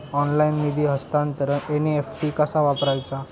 Online निधी हस्तांतरणाक NEFT कसा वापरायचा?